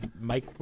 Mike